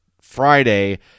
Friday